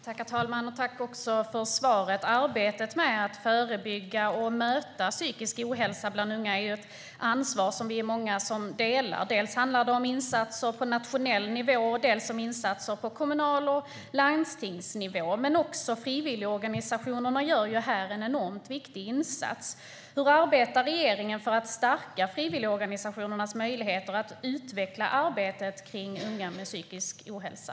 Herr talman! Tack för svaret! Arbetet med att förebygga och möta psykisk ohälsa bland unga är ju ett ansvar som vi är många som delar. Det handlar dels om insatser på nationell nivå, dels om insatser på kommunal nivå och på landstingsnivå. Också frivilligorganisationerna gör här en enormt viktig insats. Hur arbetar regeringen för att stärka frivilligorganisationernas möjligheter att utveckla arbetet kring unga med psykisk ohälsa?